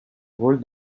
rôles